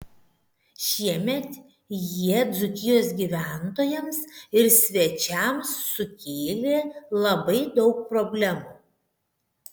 šiemet jie dzūkijos gyventojams ir svečiams sukėlė labai daug problemų